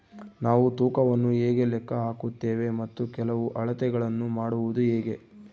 ನಾವು ತೂಕವನ್ನು ಹೇಗೆ ಲೆಕ್ಕ ಹಾಕುತ್ತೇವೆ ಮತ್ತು ಕೆಲವು ಅಳತೆಗಳನ್ನು ಮಾಡುವುದು ಹೇಗೆ?